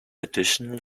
additional